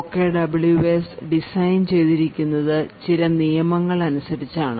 OKWS design ചെയ്തിരിക്കുന്നത് ചില നിയമങ്ങൾ അനുസരിച്ചാണ്